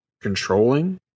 controlling